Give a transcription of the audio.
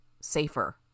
Safer